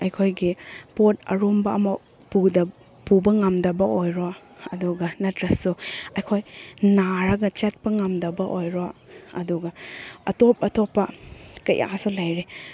ꯑꯩꯈꯣꯏꯒꯤ ꯄꯣꯠ ꯑꯔꯨꯝꯕ ꯑꯃ ꯄꯨꯕ ꯉꯝꯗꯕ ꯑꯣꯏꯔꯣ ꯑꯗꯨꯒ ꯅꯠꯇ꯭ꯔꯁꯨ ꯑꯩꯈꯣꯏ ꯅꯥꯔꯒ ꯆꯠꯄ ꯉꯝꯗꯕ ꯑꯣꯏꯔꯣ ꯑꯗꯨꯒ ꯑꯇꯣꯞ ꯑꯇꯣꯞꯄ ꯀꯌꯥꯁꯨ ꯂꯩꯔꯦ